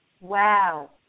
Wow